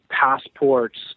passports